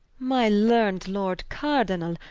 my learn'd lord cardinall,